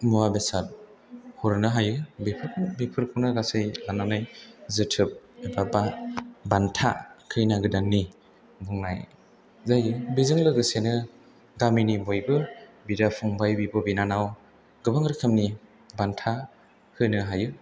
मुवा बेसाद हरनो हायो बेफोरखौनो गासै लानानै जोथोब एबा बान्था खैना गोदाननि बुंनाय जायो बेजों लोगोसेनो गामिनि बयबो बिदा फंबाय बिब' बिनानाव गोबां रोखोमनि बान्था होनो हायो